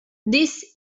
this